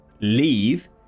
leave